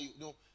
No